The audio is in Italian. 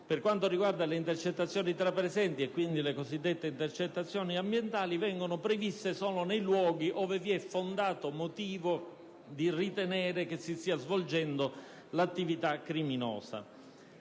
Per quanto riguarda le intercettazioni tra presenti - le cosiddette intercettazioni ambientali - esse vengono previste solo nei luoghi ove vi è fondato motivo di ritenere che si stia svolgendo l'attività criminosa.